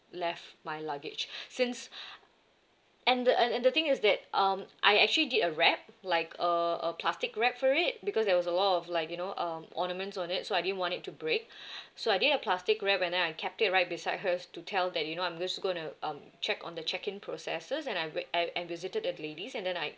left my luggage since and the and and the thing is that um I actually did a wrap like a a plastic wrap for it because there was a lot of like you know um ornaments on it so I didn't want it to break so I did a plastic wrap and then I kept it right beside her to tell that you know I'm just gonna um check on the check in processes and I we~ I I visited the ladies and then I